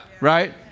Right